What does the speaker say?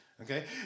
Okay